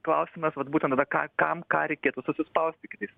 klausimas vat būtent tada ką kam ką reikėtų susispausti kitais